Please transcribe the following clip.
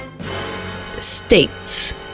states